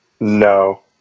No